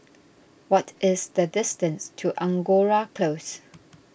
what is the distance to Angora Close